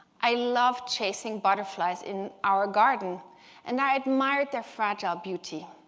i loved chasing butterflies in our garden and i admired their fragile beauty.